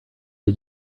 did